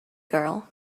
girl